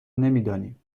نمیدانیم